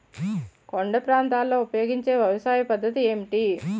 కొండ ప్రాంతాల్లో ఉపయోగించే వ్యవసాయ పద్ధతి ఏంటి?